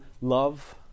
love